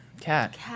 Cat